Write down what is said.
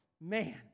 Man